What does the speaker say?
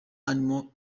animals